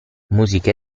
musica